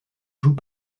joue